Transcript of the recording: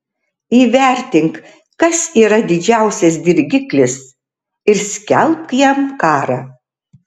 įvertink kas yra didžiausias dirgiklis ir skelbk jam karą